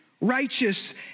righteous